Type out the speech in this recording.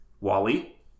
Wally